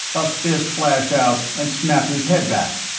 a fist flashed out and snapped his head back.